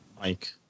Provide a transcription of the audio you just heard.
Mike